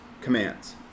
commands